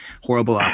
horrible